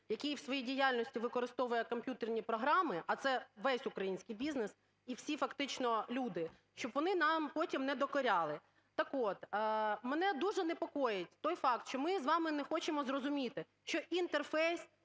який в своїй діяльності використовує комп'ютерні програми, а це весь український бізнес і всі фактично люди, щоб вони нам потім не докоряли. Так от, мене дуже непокоїть той факт, що ми з вами не хочемо зрозуміти, що інтерфейс